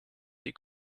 die